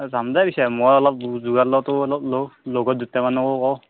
যাম দে পিছে মই অলপ যোগাৰ লওঁ তয়ো অলপ লও লগত দুটামানকো কওঁ